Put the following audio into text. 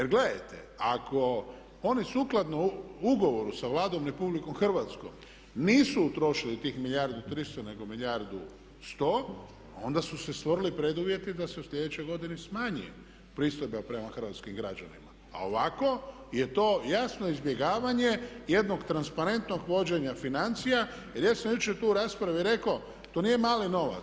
A gledajte, ako oni sukladno ugovoru sa Vladom RH nisu utrošili tih milijardu i 300, nego milijardu 100 onda su se stvorili preduvjeti da se u sljedećoj godini smanji pristojba prema hrvatskim građanima a ovako je to jasno izbjegavanje jednog transparentnog vođenja financija i već sam tu jučer u raspravi rekao, to nije mali novac.